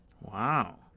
Wow